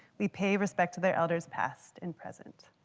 we pay respect to their elders past and present.